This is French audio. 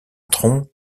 tronc